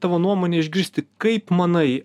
tavo nuomonę išgirsti kaip manai